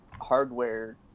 hardware